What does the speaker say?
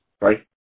right